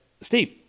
Steve